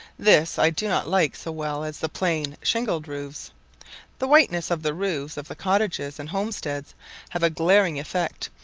this i do not like so well as the plain shingled roofs the whiteness of the roofs of the cottages and homesteads have a glaring effect,